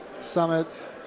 summits